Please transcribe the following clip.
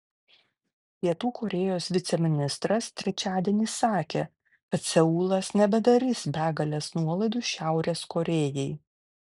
pietų korėjos viceministras trečiadienį sakė kad seulas nebedarys begalės nuolaidų šiaurės korėjai